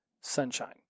Sunshine